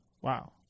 Wow